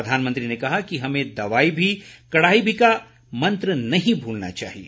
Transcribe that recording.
प्रधानमंत्री ने कहा कि हमें दवाई भी कड़ाई भी का मंत्र नहीं भूलना चाहिए